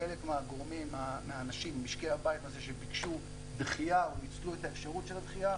חלק ממשקי הבית שביקשו דחייה או ניצלו את האפשרות של הדחייה,